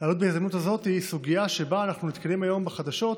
להעלות בהזדמנות הזאת סוגיה שבה אנחנו נתקלים היום בחדשות,